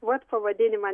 vat pavadinimą